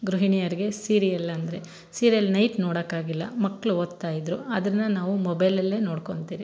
ಗೃಹಿಣಿಯರಿಗೆ ಸೀರಿಯಲ್ಲಂದರೆ serial night ನೋಡೋಕ್ಕಾಗಿಲ್ಲ ಮಕ್ಳು ಓದ್ತಾಯಿದ್ದರು ಅದನ್ನು ನಾವು ಮೊಬೈಲಲ್ಲೇ ನೋಡ್ಕೊತಿರಿ